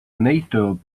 nato